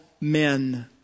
men